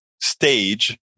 stage